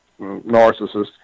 narcissist